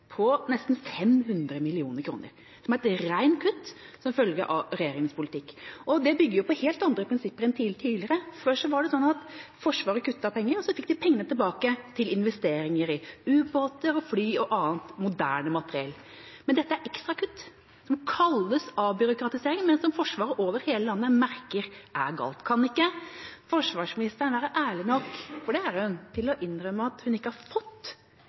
på nesten 500 mill. kr. Det er et reint kutt som følge av regjeringas politikk. Det bygger jo på helt andre prinsipper enn tidligere. Før var det slik at Forsvaret kuttet penger, så fikk det pengene tilbake til investeringer i ubåter, fly og annet moderne materiell. Men dette er ekstra kutt. Det kalles avbyråkratisering, men Forsvaret over hele landet merker at det er galt. Kan ikke forsvarsministeren være ærlig nok – for det er hun – til å innrømme at hun ikke har fått